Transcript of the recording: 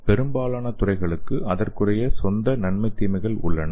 பெரும்பாலான துறைகளுக்கு அதற்குரிய சொந்த நன்மைதீமைகள் உள்ளன